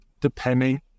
depending